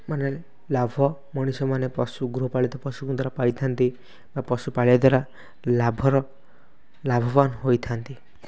ମାନେ ଲାଭ ମଣିଷମାନେ ପଶୁ ଗୃହପାଳିତ ପଶୁଙ୍କ ଦ୍ୱାରା ପାଳିଥାନ୍ତି ବା ପଶୁ ପାଳିବା ଦ୍ୱାରା ଲାଭର ଲାଭବାନ ହୋଇଥାନ୍ତି